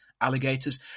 alligators